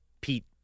Pete